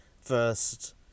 first